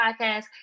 Podcast